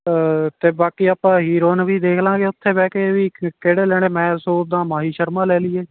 ਅਤੇ ਬਾਕੀ ਆਪਾਂ ਹੀਰੋਇੰਨ ਵੀ ਦੇਖ ਲਾਂਗੇ ਉੱਥੇ ਬਹਿ ਕੇ ਵੀ ਕਿਹੜੇ ਲੈਣੇ ਮੈਂ ਸੋਚਦਾ ਮਾਹੀ ਸ਼ਰਮਾ ਲੈ ਲਈਏ